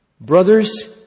Brothers